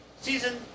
Season